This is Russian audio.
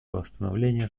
восстановления